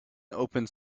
opened